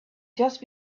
just